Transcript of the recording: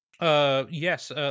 Yes